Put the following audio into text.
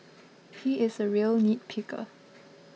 he is a real nitpicker